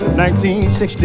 1960